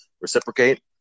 reciprocate